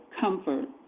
comfort